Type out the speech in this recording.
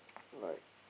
like